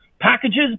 packages